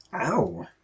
Ow